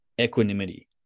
equanimity